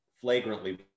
flagrantly